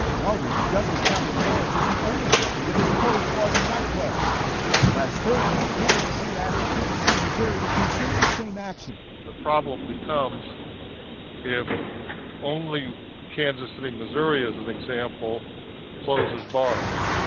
in our region douglas county and lurid is the only county that has closed bars and nightclubs last thursday kabc asked of kansas city, missouri would consider the same action the problem becomes if only kansas city, missouri is an example closes bars.